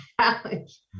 challenge